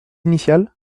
initiales